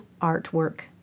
artwork